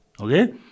okay